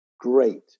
great